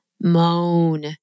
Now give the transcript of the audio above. moan